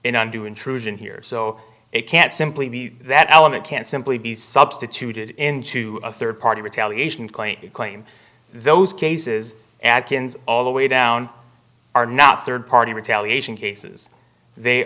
in undue intrusion here so it can't simply be that element can't simply be substituted into a third party retaliation claim to claim those cases adkins all the way down are not third party retaliation cases they